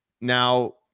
Now